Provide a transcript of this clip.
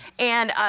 and,